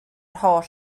holl